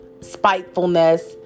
spitefulness